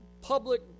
public